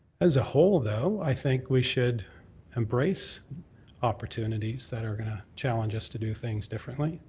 as a whole, though, i think we should embrace opportunities that are going to challenge us to do things differently.